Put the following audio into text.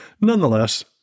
Nonetheless